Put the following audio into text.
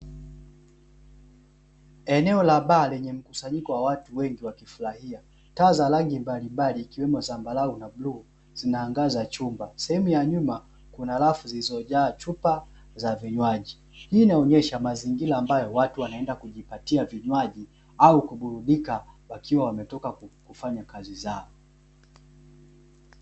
Eneo la baa lenye mkusanyiko wa watu wengi wakifurahia, taa za rangi mbalimbali Ikiwemo dhambarau na bluu zinaangaza chumba. Sehemu ya nyuma kuna rafu zilizojaa chupa za vinywaji, hii inaonesha mazingira ambayo watu wanaenda kujipatia vinywaji au kuburudika wakiwa wametoka kufanya kazi zao.